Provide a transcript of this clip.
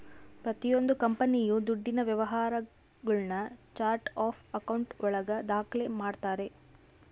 ಪ್ರತಿಯೊಂದು ಕಂಪನಿಯು ದುಡ್ಡಿನ ವ್ಯವಹಾರಗುಳ್ನ ಚಾರ್ಟ್ ಆಫ್ ಆಕೌಂಟ್ ಒಳಗ ದಾಖ್ಲೆ ಮಾಡ್ತಾರೆ